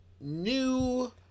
new